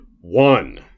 one